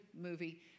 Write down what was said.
movie